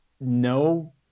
No